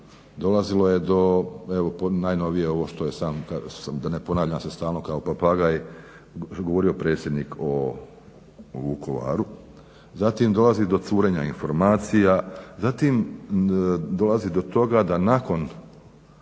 dolazilo je do pod najnovije ovo što je sam, da ne ponavljam se stalno kao papagaj govorio predsjednik u Vukovaru. Zatim dolazi do curenja informacija, zatim dolazi do toga da nakon